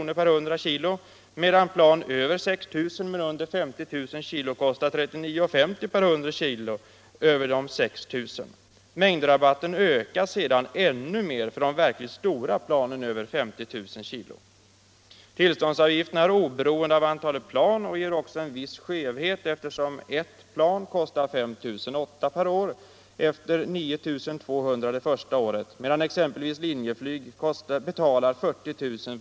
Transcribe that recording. per 100 kg, medan plan över 6 000 men under 50 000 kg kostar kr. 39:50 per 100 kg över de 6 000. Mängdrabatten ökar sedan ännu mer för de verkligt stora planen över 50 000 kg. Tillståndsavgifterna är oberoende av antalet plan och ger också en viss skevhet, eftersom ett plan kostar 5 800 kr. per år, efter 9 200 det första året, medan exempelvis Linjeflyg betalar 40 000 kr.